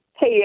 Hey